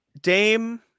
Dame